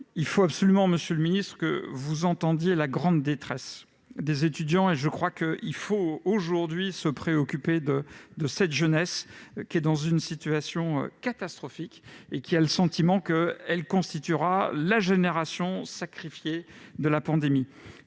Il faut absolument, monsieur le ministre, que vous entendiez la grande détresse des étudiants. Il faut se préoccuper de cette jeunesse, dont la situation est catastrophique et qui a le sentiment de constituer la génération sacrifiée de la pandémie.